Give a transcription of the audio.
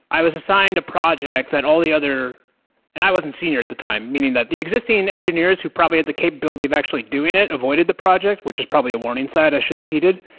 i was assigned a project that all the other and i wasn't senior at the time. meaning that the existing engineers who probably had the capability of actually doing it avoided the project, which is probably a warning sign i should have heeded.